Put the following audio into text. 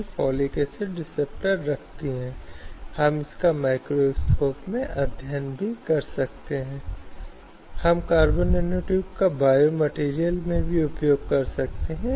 और जैसा कि मैंने पहले कहा था कि जब यौन उत्पीड़न की बात होती है तो आर्थिक पहलू के साथ सीधे संबंध होते हैं हालांकि यह अनिवार्य नहीं है या कोई वरिष्ठ नहीं है कि यह आर्थिक नुकसान हो सकता है या नहीं